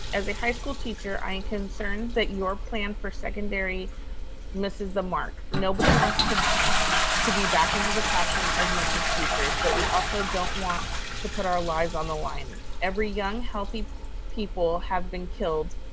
as a high school teacher, i am concerned that your plan for secondary misses the mark. nobody wants to to be back into the classroom as much as teachers but we also don't want to put our lives on the line. every young, healthy people have been killed